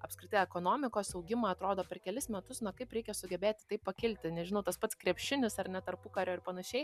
apskritai ekonomikos augimą atrodo per kelis metus na kaip reikia sugebėti taip pakilti nežinau tas pats krepšinis ar ne tarpukario ir panašiai